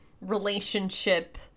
relationship